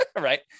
right